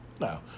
No